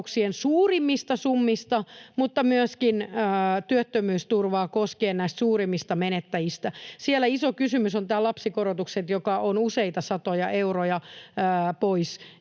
suurimmista summista että myöskin työttömyysturvaa koskien näistä suurimmista menettäjistä. Siellä iso kysymys ovat nämä lapsikorotukset, joista on useita satoja euroja pois.